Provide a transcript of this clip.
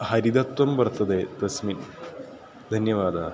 हरितत्वं वर्तते तस्मिन् धन्यवादाः